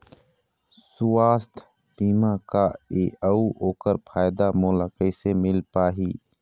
सुवास्थ बीमा का ए अउ ओकर फायदा मोला कैसे मिल पाही?